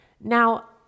Now